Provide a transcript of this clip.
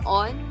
on